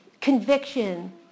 conviction